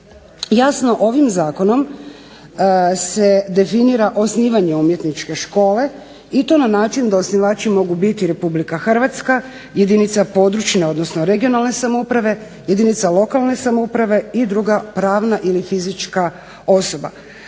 Jasno ovim zakonom se definira osnivanje umjetničke škole, i to na način da osnivači mogu biti Republika Hrvatska, jedinica područne (regionalne) samouprave, jedinica lokalne samouprave, i druga pravna ili fizička osoba.